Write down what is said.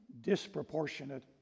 disproportionate